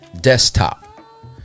desktop